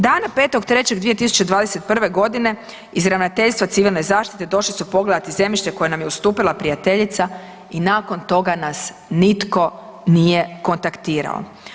Dana 5.3.2021. godine iz Ravnateljstva Civilne zaštite došli su pogledati zemljište koje nam je ustupila prijateljica i nakon toga nas nitko nije kontaktirao.